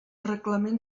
reglament